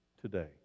Today